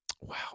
Wow